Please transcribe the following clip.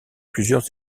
plusieurs